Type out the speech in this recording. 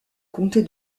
comté